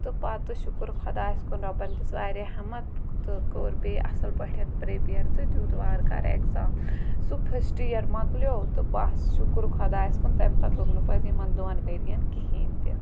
تہٕ پَتہٕ شُکُر خۄدایَس کُن رۄبَن دِژ واریاہ ہٮ۪مت تہٕ کوٚر بیٚیہِ اَصٕل پٲٹھۍ پرٛپِیَر تہٕ دیُت وارٕکار اٮ۪کزام سُہ فٕسٹہٕ یِیَر مۄکلیو تہٕ بَس شُکُر خۄدایَس کُن تَمہِ ساتہٕ لوٚگ نہٕ پَتہٕ یِمَن دۄن ؤریَن کِہیٖنۍ تہِ